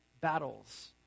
battles